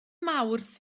mawrth